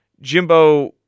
Jimbo